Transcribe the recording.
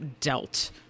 dealt